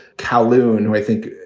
kowloon, i think,